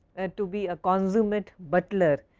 to be a consummate butler,